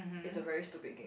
it's a very stupid game